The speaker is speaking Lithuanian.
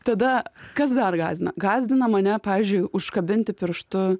tada kas dar gąsdina gąsdina mane pavyzdžiui užkabinti pirštu